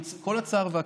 עם כל הצער והכאב: